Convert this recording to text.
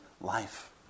life